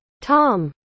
tom